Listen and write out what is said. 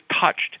touched